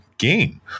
game